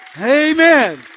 Amen